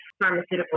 pharmaceutical